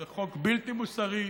זה חוק בלתי מוסרי,